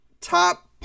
top